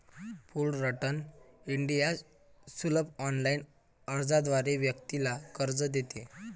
Fullerton India सुलभ online अर्जाद्वारे व्यक्तीला कर्ज देते